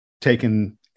taken